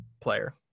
player